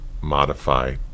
modify